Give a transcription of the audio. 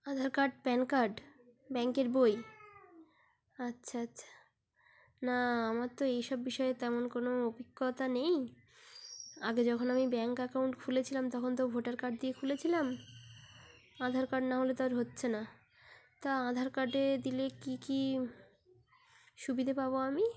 আধার card PAN card ব্যাংকের বই আচ্ছা আচ্ছা না আমার তো এইসব বিষয়ে তেমন কোনো অভিজ্ঞতা নেই আগে যখন আমি ব্যাংক অ্যাকাউন্ট খুলেছিলাম তখন তো ভোটার কার্ড দিয়ে খুলেছিলাম আধার কার্ড না হলে তো আর হচ্ছে না তা আধার কার্ডে দিলে কী কী সুবিধে পাব আমি